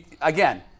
Again